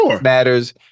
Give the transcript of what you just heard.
matters